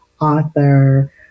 author